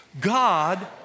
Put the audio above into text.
God